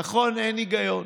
נכון, אין היגיון.